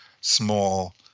small